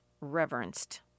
reverenced